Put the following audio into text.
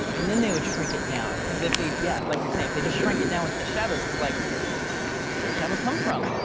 and then they would shrink it down. cuz if they yeah, like you're saying if they just shrink it down with the shadows. it's like where did those shadows come from?